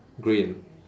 green